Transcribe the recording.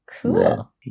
cool